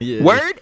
Word